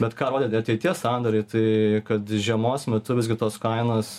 bet ką rodė ateities sandoriai tai kad žiemos metu visgi tos kainos